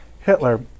Hitler